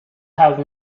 have